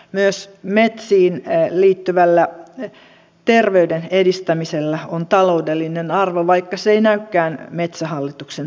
myös metsiin liittyvällä terveyden edistämisellä on taloudellinen arvo vaikka se ei näykään metsähallituksen taseissa